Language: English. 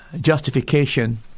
justification